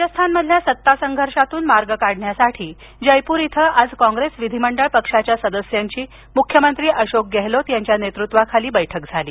राजस्थानमधील सत्ता संघर्षातून मार्ग काढण्यासाठी जयपूर इथं आज कॉप्रेस विधिमंडळ पक्षाच्या सदस्यांची मुख्यमंत्री अशोक गेहलोत यांच्या नेतृत्वाखाली बैठक झाली